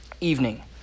evening